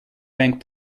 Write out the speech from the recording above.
bank